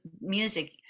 music